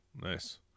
nice